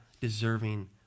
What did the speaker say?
deserving